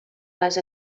les